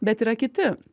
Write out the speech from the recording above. bet yra kiti